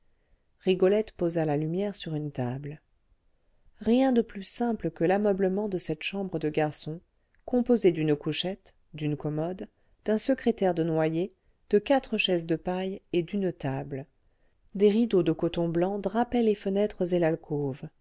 rigolette posa la lumière sur une table rien de plus simple que l'ameublement de cette chambre de garçon composé d'une couchette d'une commode d'un secrétaire de noyer de quatre chaises de paille et d'une table des rideaux de coton blanc drapaient les fenêtres et l'alcôve